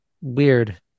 weird